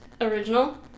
original